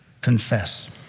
confess